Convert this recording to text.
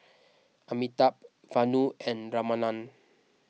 Amitabh Vanu and Ramanand